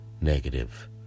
negative